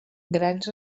grans